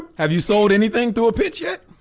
have you sold anything through a pitch yet?